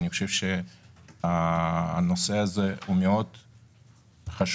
אני חושב שהנושא הזה מאוד חשוב,